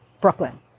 Brooklyn